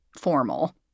formal